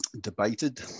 debated